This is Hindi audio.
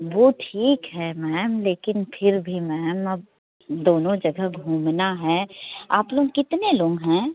वो ठीक है मैम लेकिन फिर भी मैम अब दोनों जगह घूमना है आप लोग कितने लोग हैं